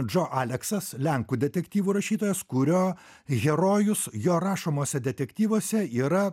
džo aleksas lenkų detektyvų rašytojas kurio herojus jo rašomuose detektyvuose yra